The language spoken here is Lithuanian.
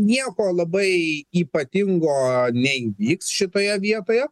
nieko labai ypatingo neįvyks šitoje vietoje